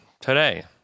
today